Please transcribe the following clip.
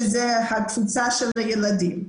שזו הקבוצה של הילדים.